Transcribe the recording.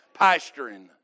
pastoring